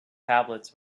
tablets